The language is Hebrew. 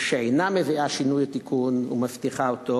ואינה מביאה שינוי ותיקון ומבטיחה אותו,